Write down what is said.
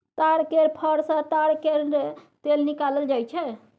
ताड़ केर फर सँ ताड़ केर तेल निकालल जाई छै